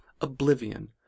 oblivion